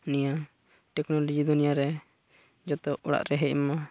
ᱱᱤᱭᱟᱹ ᱴᱮᱹᱠᱱᱳᱞᱚᱡᱤ ᱫᱩᱱᱤᱭᱟᱹ ᱨᱮ ᱡᱚᱛᱚ ᱚᱲᱟᱜ ᱨᱮ ᱦᱮᱡ ᱟᱢᱟ